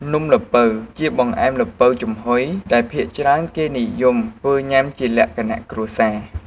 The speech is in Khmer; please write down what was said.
នំល្ពៅជាបង្អែមល្ពៅចំហុយដែលភាគច្រើនគេនិយមធ្វើញុាំជាលក្ខណៈគ្រួសារ។